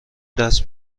دست